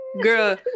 Girl